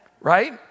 right